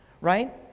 right